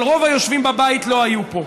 אבל רוב היושבים בבית לא היו פה.